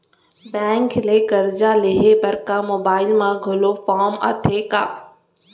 Bank ले करजा लेहे बर का मोबाइल म घलो फार्म आथे का?